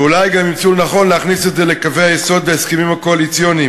ואולי גם ימצאו לנכון להכניס את זה לקווי היסוד בהסכמים הקואליציוניים.